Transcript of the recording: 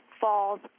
falls